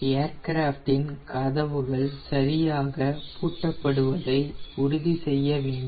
ஏர்கிராஃப்டின் கதவுகள் சரியாக பூட்டபடுவதை உறுதி செய்ய வேண்டும்